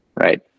Right